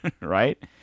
Right